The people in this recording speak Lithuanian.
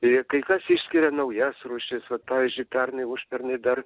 ir kai kas išskiria naujas rūšis vat pavyzdžiui pernai užpernai dar